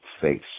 face